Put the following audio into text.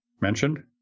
mentioned